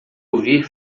ouvir